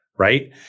Right